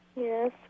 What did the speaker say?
Yes